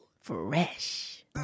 Fresh